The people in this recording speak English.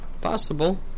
possible